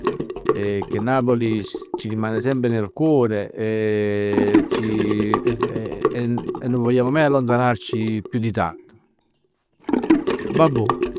È che Napoli ci rimane sempre nel cuore e ci e- e e non vogliamo mai allontanarci più di tanto. Vabbuò.